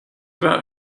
about